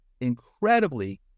incredibly